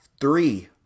three